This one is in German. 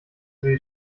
sie